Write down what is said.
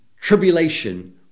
tribulation